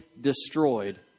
destroyed